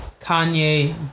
Kanye